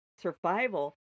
survival